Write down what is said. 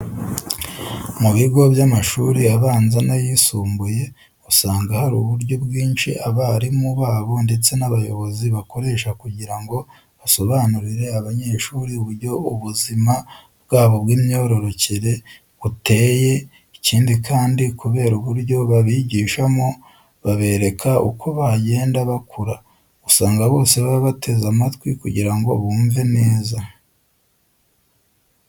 Mu bigo by'amashuri abanza n'ayisumbuye usanga hari uburyo bwinshi abarimu babo ndetse n'abayobozi bakoresha kugira ngo basobanurire abanyeshuri uburyo ubuzima bwabo by'imyororokere buteye. Ikindi kandi kubera uburyo babigishamo babereka uko bagenda bakura, usanga bose baba bateze amatwi kugira ngo bumve neza.